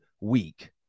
week